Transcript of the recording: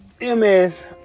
MS